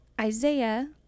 Isaiah